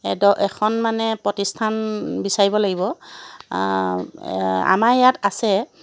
add এখন মানে প্ৰতিষ্ঠান বিচাৰিব লাগিব আমাৰ ইয়াত আছে